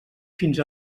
fins